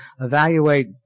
evaluate